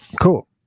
cool